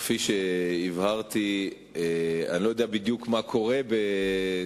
כפי שהבהרתי, אני לא יודע בדיוק מה קורה בסילואן,